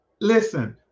listen